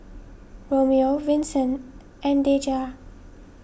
Romeo Vinson and Deja